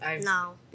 No